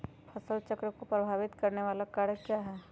फसल चक्र को प्रभावित करने वाले कारक क्या है?